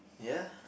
ya